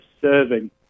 serving